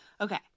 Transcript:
Okay